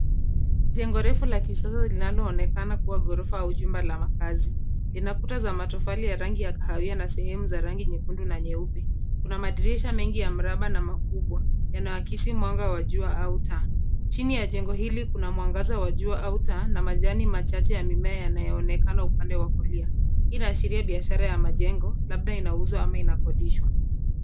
Jengo refu la kisasa linaloonekana kuwa ghorofa au jumba la makaazi. Ina kuta za matofali ya rangi ya kahawia na sehemu za rangi nyekundu na nyeupe. Kuna madirisha mengi ya mraba na makubwa yanayoakisi mwanga wa jua au taa. Chini ya jengo hili kuna mwangaza wa jua au taa na majani michache ya mimea yanayoonekana upande wa kulia. Hii inaashiria biashara ya majengo labda inauzwa au inakodishwa.